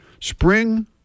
Spring